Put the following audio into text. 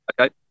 okay